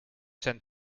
sent